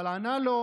אבל ענה לו: